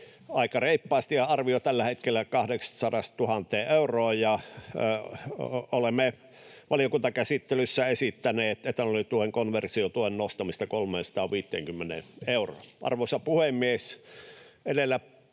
aika reippaasti, ja arvio on tällä hetkellä 800:sta 1 000 euroon. Olemme valiokuntakäsittelyssä esittäneet etanolituen konversiotuen nostamista 350 euroon. Arvoisa puhemies! Edellä